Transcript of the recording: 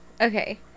Okay